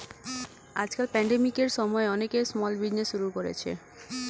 আজকাল প্যান্ডেমিকের সময়ে অনেকে স্মল বিজনেজ শুরু করেছে